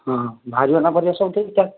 ହଁ ବାହାରିବ ନା ପରିବା ସବୁ ଠିକ୍ଠାକ୍